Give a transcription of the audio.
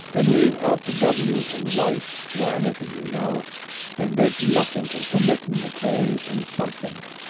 and leave out the w in wice wanity you know and make nothink of homittin the k in somethink.